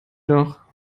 doch